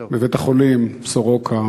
בבית-החולים סורוקה,